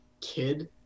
kid